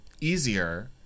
easier